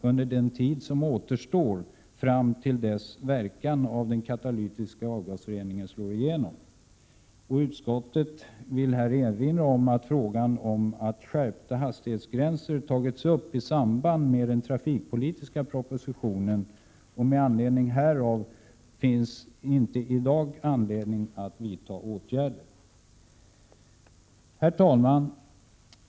Utskottet vill i detta sammanhang erinra om att frågan om skärpta hastighetsbegränsningar tagits upp i samband med den trafikpolitiska propositionen. Mot den bakgrunden finns ingen anledning att vidta åtgärder i dag. Herr talman!